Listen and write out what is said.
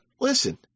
listen